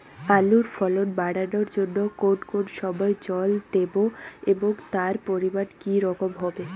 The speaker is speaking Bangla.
আলুর ফলন বাড়ানোর জন্য কোন কোন সময় জল দেব এবং তার পরিমান কি রকম হবে?